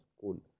cool